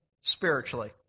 spiritually